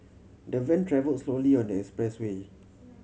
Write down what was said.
the van travelled slowly on the expressway